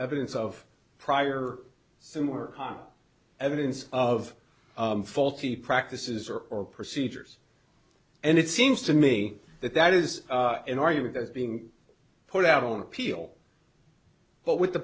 evidence of prior similar evidence of faulty practices or or procedures and it seems to me that that is an argument that's being put out on appeal but with the